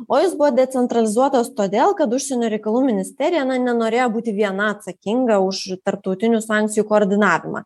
o jis buvo decentralizuotas todėl kad užsienio reikalų ministerija na nenorėjo būti viena atsakinga už tarptautinių sankcijų koordinavimą